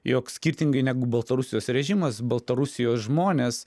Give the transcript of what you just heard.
jog skirtingai negu baltarusijos režimas baltarusijos žmonės